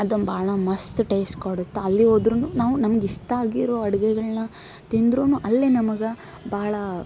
ಅದೊಂದು ಭಾಳ ಮಸ್ತ್ ಟೇಸ್ಟ್ ಕೊಡುತ್ತೆ ಅಲ್ಲಿ ಹೋದ್ರೂ ನಾವು ನಮ್ಗೆ ಇಷ್ಟ ಆಗಿರೋ ಅಡುಗೆಗಳನ್ನ ತಿಂದ್ರೂ ಅಲ್ಲಿ ನಮಗೆ ಭಾಳ